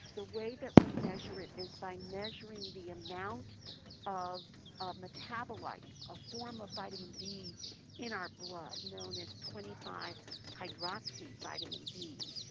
the way that we measure it is by measuring the amount of ah metabolite, a form of vitamin d in our blood known as twenty five hydroxy vitamin d,